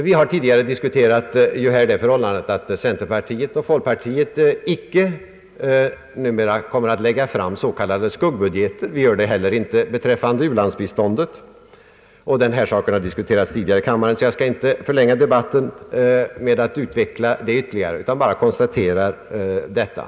Vi har tidigare diskuterat det förhållandet att centerpartiet och folkpartiet i fortsättningen inte kommer att lägga fram s.k. skuggbudgeter. Vi gör det inte heller beträffande u-landsbiståndet. Denna sak har diskuterats tidigare i kammaren, och jag skall inte förlänga debatten med att utveckla den satsen ytterligare utan bara konstatera detta.